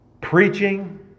Preaching